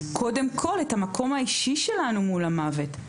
קודם כל את המקום האישי שלנו מול המוות,